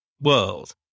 world